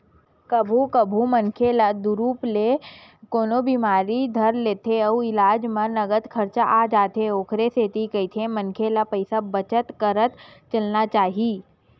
कभू कभू मनखे ल उदुप ले कोनो बिमारी धर लेथे अउ इलाज म नँगत खरचा आ जाथे ओखरे सेती कहिथे मनखे ल पइसा बचत करत चलना चाही